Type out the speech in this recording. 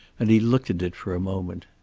and he looked at it for a moment.